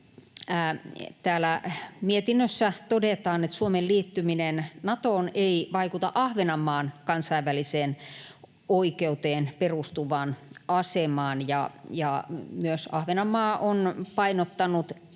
täällä mietinnössä todetaan, että Suomen liittyminen Natoon ei vaikuta Ahvenanmaan kansainväliseen oikeuteen perustuvaan asemaan, ja myös Ahvenanmaa on painottanut